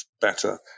better